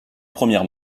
premières